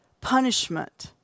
punishment